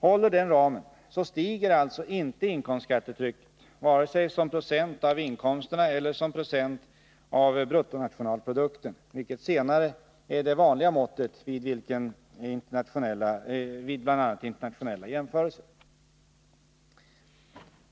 Håller den ramen så stiger alltså inte inkomstskattetrycket, vare sig som procent av inkomsterna eller som procent av bruttonationalprodukten, vilket senare är det vanliga måttet vid bl.a. internationella jämförelser.